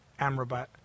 Amrabat